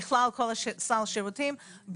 אין אנשים שברגע שהם הוכרו יש חלק מהשירותים שהם אוטומטיים,